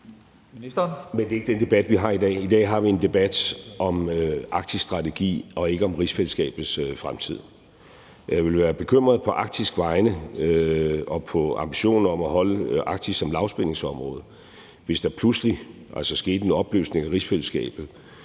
Men det er ikke den debat, vi har i dag. I dag har vi en debat om arktisk strategi og ikke om rigsfællesskabets fremtid. Jeg ville være bekymret på Arktis' vegne og for ambitionen om at holde Arktis som lavspændingsområde, hvis der pludselig skete en opløsning af rigsfællesskabet,